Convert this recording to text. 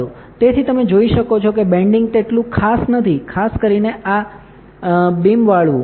તેથી તમે જોઈ શકો છો કે બેન્ડિંગ તેટલું ખાસ નથી ખાસ કરીને આ icalભી બીમ વાળવું